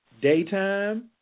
daytime